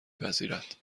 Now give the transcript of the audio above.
پذیرد